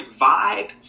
vibe